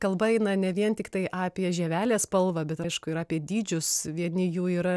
kalba eina ne vien tiktai apie žievelės spalva bet aišku ir apie dydžius vieni jų yra